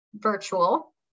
virtual